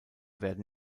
werden